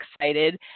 excited